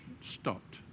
stopped